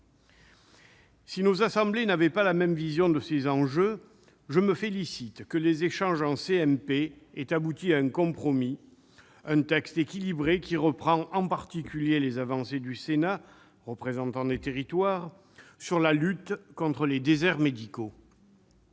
deux assemblées n'avaient pas la même vision de ces enjeux, je me félicite de ce que les échanges en commission mixte paritaire aient abouti à un compromis, un texte équilibré qui reprend en particulier les avancées du Sénat, représentant des territoires, sur la lutte contre les déserts médicaux.